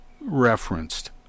referenced